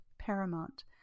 paramount